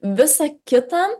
visa kita